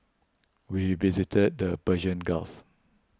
we visited the Persian Gulf